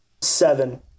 Seven